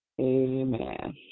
Amen